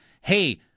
hey